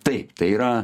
taip tai yra